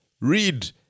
read